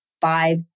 five